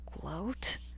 gloat